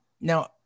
now